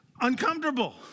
uncomfortable